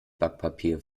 backpapier